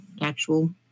actual